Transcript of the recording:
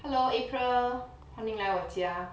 hello april 欢迎来我家